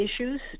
issues